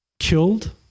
killed